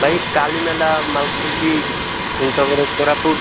ଭାଇ କାଲି ମେଳା ମାଲକାନଗିରି ତା ପରେ କୋରାପୁଟ